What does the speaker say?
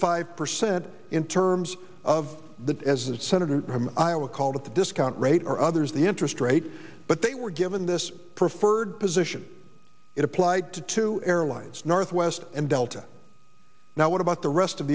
five percent in terms of that as the senator from iowa called it the discount rate or others the interest rate but they were given this preferred position it applied to two airlines northwest and delta now what about the rest of